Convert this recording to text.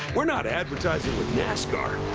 we're not advertising with nascar.